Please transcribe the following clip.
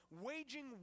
waging